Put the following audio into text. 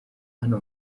hano